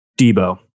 Debo